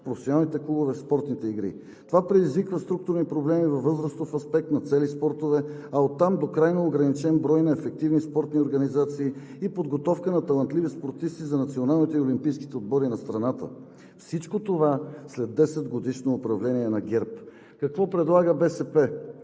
професионалните клубове в спортните игри. Това предизвиква структурни проблеми във възрастов аспект на цели спортове, а оттам до крайно ограничен брой на ефективни спортни организации и подготовка на талантливи спортисти за националните и олимпийските отбори на страната. Всичко това след 10-годишно управление на ГЕРБ. Какво предлага БСП?